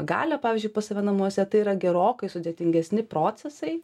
galią pavyzdžiui pas save namuose tai yra gerokai sudėtingesni procesai